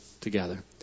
together